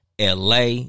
LA